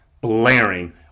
blaring